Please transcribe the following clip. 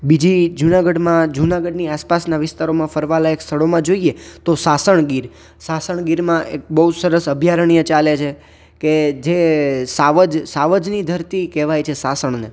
બીજી જુનાગઢમાં જુનાગઢની આસપાસના વિસ્તારોમાં ફરવાલાયક સ્થળોમાં જોઈએ તો સાસણગીર સાસણગીરમાં એક બહુ સરસ અભ્યારણ્ય ચાલે છે કે જે સાવજ સાવજની ધરતી કહેવાય છે સાસણને